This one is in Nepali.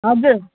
हजुर